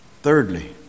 Thirdly